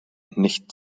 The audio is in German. nicht